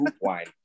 wine